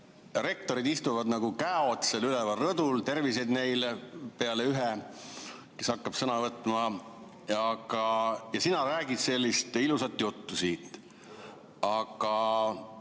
Rektorid istuvad nagu käod seal üleval rõdul – terviseid neile! –, peale ühe, kes hakkab sõna võtma. Ja sina räägid sellist ilusat juttu siin. Aga